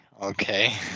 okay